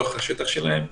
בשטח שלהם,